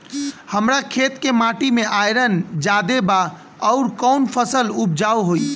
हमरा खेत के माटी मे आयरन जादे बा आउर कौन फसल उपजाऊ होइ?